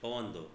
पवंदो